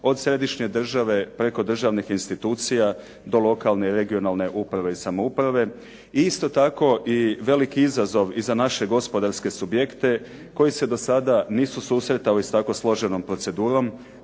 od središnje države, preko državnih institucija do lokalne i regionalne uprave i samouprave. Isto tako i veliki izazov i za naše gospodarske subjekte koji se do sada nisu susretali sa tako složenom procedurom,